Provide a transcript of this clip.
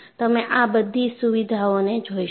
તમે આ બધી સુવિધાઓને જોઈશો